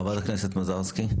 חברת הכנסת מזרסקי.